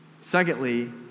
Secondly